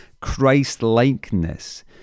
Christ-likeness